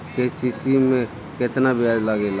KCC में केतना ब्याज लगेला?